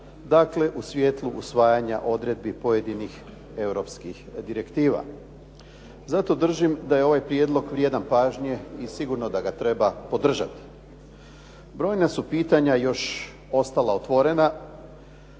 dakle u svjetlu usvajanja odredbi pojedinih europskih direktiva. Zato držim da je ovaj prijedlog vrijedan pažnje i sigurno da ga treba podržati. Brojna su pitanja još ostala otvorena.